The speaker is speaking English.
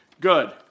good